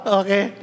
okay